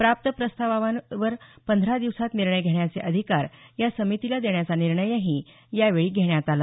प्राप्त प्रस्तावांवर पंधरा दिवसात निर्णय घेण्याचे अधिकार या समितीला देण्याचा निर्णयही यावेळी घेण्यात आला